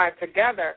together